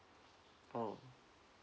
oh